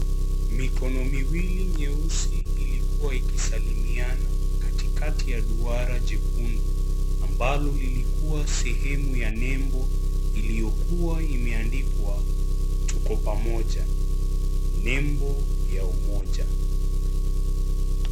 Mikono miwili nyeusi ilikua ikisalimiana katikati ya duara jekundu ambalo lilikuwa sehemu ya nembo iliyokuwa imeandikwa tuko pamoja, nembo ya umoja.